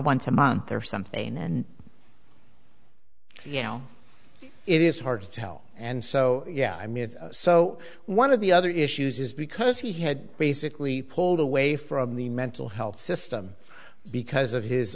once a month or something and you know it is hard to tell and so yeah i mean so one of the other issues is because he had basically pulled away from the mental health system because of his